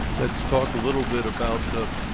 let's talk a little bit about ah